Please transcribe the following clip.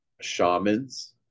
Shamans